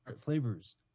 flavors